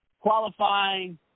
qualifying